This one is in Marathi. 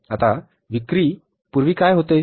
आता विक्री पूर्वी काय होते